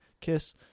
kiss